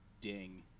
ding